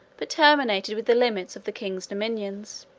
but terminated with the limits of the king's dominions